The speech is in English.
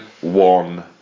One